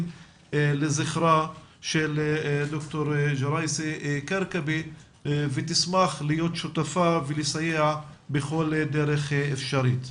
לזכרה של ד"ר ג'ראייסי-כרכבי ותשמח להיות שותפה ולסייע בכל דרך אפשרית.